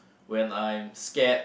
when I'm scared